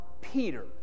Peter